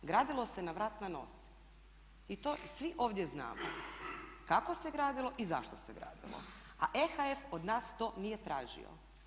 Gradilo se na vrat na nos i to svi ovdje znamo kako se gradilo i zašto se gradilo, a … [[Govornica se ne razumije.]] od nas to nije tražio.